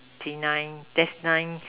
destine